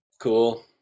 cool